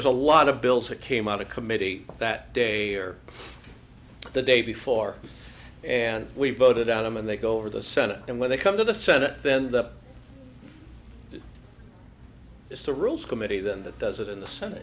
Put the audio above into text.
was a lot of bills that came out of committee that day or the day before and we voted on them and they go over the senate and when they come to the senate then the it's the rules committee then that does it in the senate